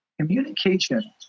communication